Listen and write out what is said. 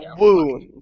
wound